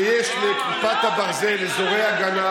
כשיש לכיפת הברזל אזורי הגנה,